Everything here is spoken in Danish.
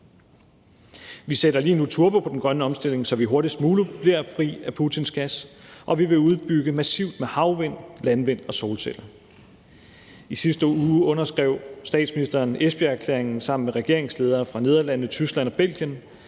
Vi sætter lige nu turbo på den grønne omstilling, så vi hurtigst muligt bliver fri af Putins gas, og vi vil udbygge massivt med hensyn til havvind, landvind og solceller. I sidste uge underskrev statsministeren Esbjergerklæringen sammen med regeringsledere fra Nederlandene, Tyskland og Belgien,